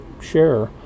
share